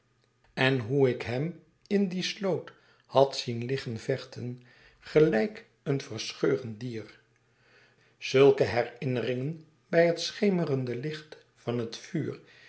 en hoe ik hem in die sloot had zien liggen vechten gelijk een verscheurend dier zulke herinneringen bij het schemerende licht van het vuur